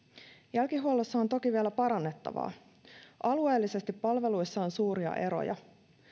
jälkihuollossa on toki vielä parannettavaa alueellisesti palveluissa on suuria eroja